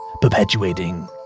perpetuating